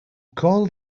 call